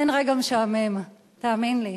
אין רגע משעמם, תאמין לי.